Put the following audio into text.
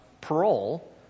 parole